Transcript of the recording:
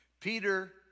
Peter